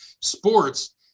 sports